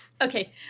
okay